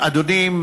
אדוני,